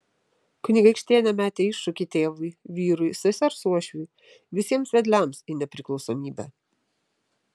kunigaikštienė metė iššūkį tėvui vyrui sesers uošviui visiems vedliams į nepriklausomybę